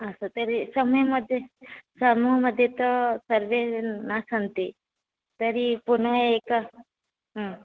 अस्तु तर्हि समूहमध्ये समूहमध्ये ते सर्वे न सन्ति तर्हि पुनः एकः